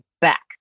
back